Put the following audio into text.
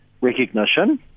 recognition